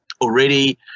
Already